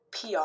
PR